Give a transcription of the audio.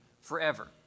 forever